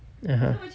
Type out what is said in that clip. (uh huh)